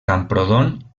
camprodon